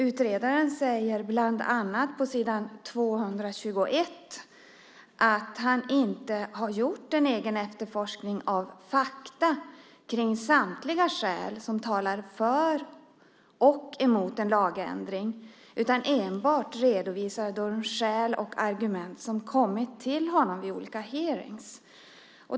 Bland annat säger utredaren - på s. 221 - att han inte har gjort en egen efterforskning av fakta kring samtliga skäl som talar för och emot en lagändring utan enbart redovisar de skäl och argument som kommit till honom vid olika hearingar.